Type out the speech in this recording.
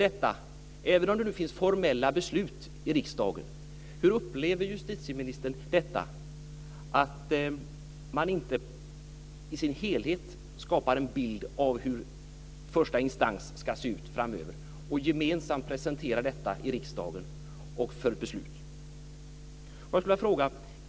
Även om det nu finns formella beslut i riksdagen - hur upplever justitieministern att man inte skapar en bild i dess helhet av hur första instans ska se ut framöver och gemensamt presenterar det i riksdagen för beslut?